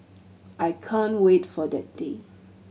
I can't wait for that day